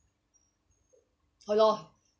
ya lor